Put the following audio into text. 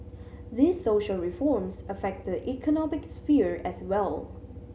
these social reforms affect the economic sphere as well